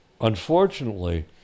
unfortunately